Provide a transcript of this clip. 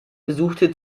besuchte